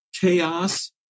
chaos